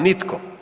Nitko.